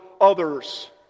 others